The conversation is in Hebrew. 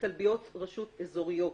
כלביות רשות אזוריות.